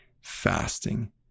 fasting